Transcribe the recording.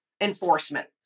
enforcement